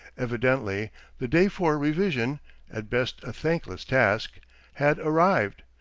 evidently the day for revision at best a thankless task had arrived.